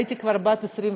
הייתי כבר בת 23,